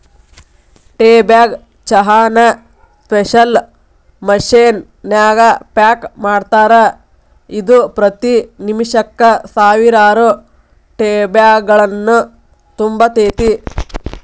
tea bag ಚಹಾನ special machine ನ್ಯಾಗ pack ಮಾಡ್ತಾರ, ಇದು ಪ್ರತಿ ನಿಮಿಷಕ್ಕ ಸಾವಿರಾರು ಟೇಬ್ಯಾಗ್ಗಳನ್ನು ತುಂಬತೇತಿ